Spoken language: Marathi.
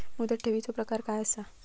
मुदत ठेवीचो प्रकार काय असा?